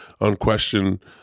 unquestioned